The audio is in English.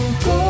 go